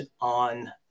on